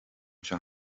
anseo